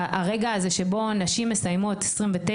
הרגע הזה שבו נשים מסיימות - 29,